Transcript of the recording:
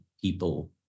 people